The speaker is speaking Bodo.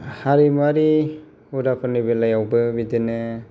हारिमुवारि हुदाफोरनि बेलायावबो बिदिनो